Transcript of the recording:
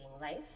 life